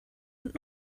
und